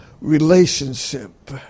relationship